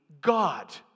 God